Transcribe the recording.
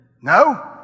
No